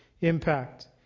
impact